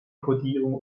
kodierung